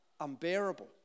unbearable